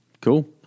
cool